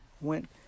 went